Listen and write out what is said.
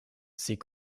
ses